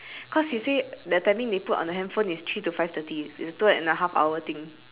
cause she say the timing they put on the handphone is three to five thirty it's a two and a half hour thing